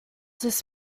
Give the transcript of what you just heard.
this